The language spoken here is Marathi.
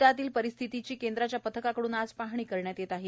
शेतीतील परिस्थितीची केंद्राच्या पथकाकड्रन आज पाहणी करण्यात येत आहे